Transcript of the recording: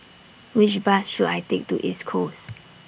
Which Bus should I Take to East Coast